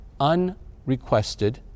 unrequested